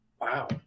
Wow